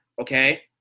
okay